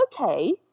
okay